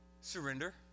surrender